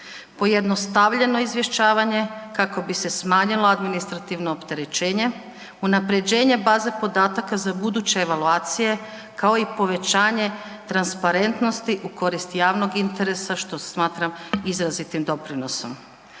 pojednostavljeno izvješćivanje kako bi se smanjila administrativno opterećenje, unapređenje baze podataka za buduće evaluacije kao i povećanje transparentnosti u korist javnog interesa što smatram izrazitim doprinosom.